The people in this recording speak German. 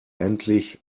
endlich